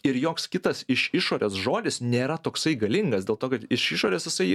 ir joks kitas iš išorės žodis nėra toksai galingas dėl to kad iš išorės jisai